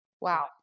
Wow